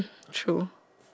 true